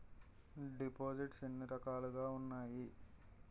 దిపోసిస్ట్స్ ఎన్ని రకాలుగా ఉన్నాయి?